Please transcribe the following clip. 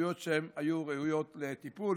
התנהגויות שהיו ראויות לטיפול,